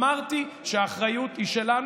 אמרתי שהאחריות היא שלנו,